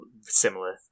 similar